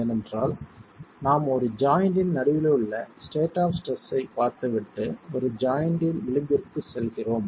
ஏனென்றால் நாம் ஒரு ஜாய்ண்ட்டின் நடுவில் உள்ள ஸ்டேட் ஆப் ஸ்ட்ரெஸ் ஐப் பார்த்துவிட்டு ஒரு ஜாய்ண்ட்டின் விளிம்பிற்குச் செல்கிறோம்